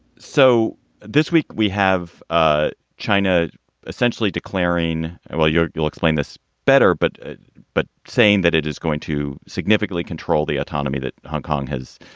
so this week we have ah china essentially declaring. well, you'll explain this better, but but saying that it is going to significantly control the autonomy that hong kong has,